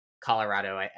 Colorado